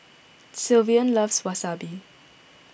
Sylvan loves Wasabi